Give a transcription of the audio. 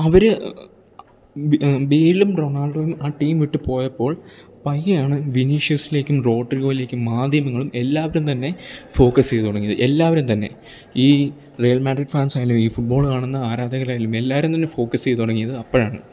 അവർ ബേയ്ലും റൊണാൾഡോയും ആ ടീം വിട്ട് പോയപ്പോൾ പയ്യയാണ് വിനീഷ്യസ്ലേക്കും റോഡ്റിഗോയിലേക്കും മാധ്യമങ്ങളും എല്ലാവരും തന്നെ ഫോക്കസ് ചെയ്ത് തുടങ്ങിയത് എല്ലാവരും തന്നെ ഈ ലെയൽ മാൻഡ്രിഡ് ഫാൻസായാലും ഈ ഫുട്ബോള് കാണുന്ന ആരാധകരായാലും എല്ലാവാരും തന്നെ ഫോക്കസ് ചെയ്ത് തുടങ്ങിയത് അപ്പോഴാണ്